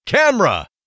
Camera